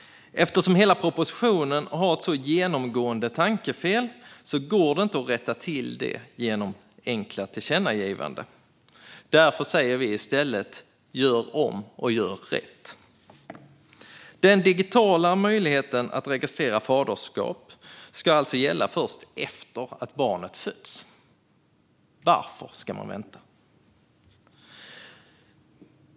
Eftersom hela propositionen har ett så genomgående tankefel går det inte att rätta till det genom enkla tillkännagivanden. Därför säger vi i stället: Gör om och gör rätt! Den digitala möjligheten att registrera faderskap ska alltså gälla först efter att barnet fötts. Varför ska man vänta?